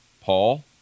Paul